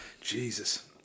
Jesus